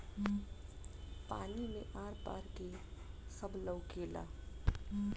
पानी मे आर पार के सब लउकेला